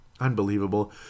Unbelievable